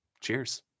Cheers